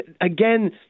again